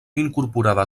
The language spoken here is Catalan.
incorporada